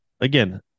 again